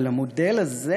אבל המודל הזה